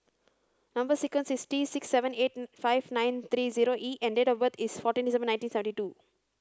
number sequence is T six seven eight five nine three zero E and date of birth is fourteen December nineteen thirty two